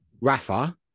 Rafa